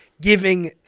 giving